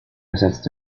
ersetzt